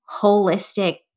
holistic